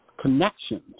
connection